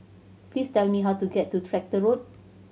please tell me how to get to Tractor Road